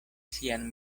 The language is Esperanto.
sian